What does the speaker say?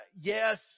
yes